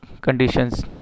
conditions